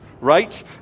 right